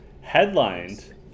Headlined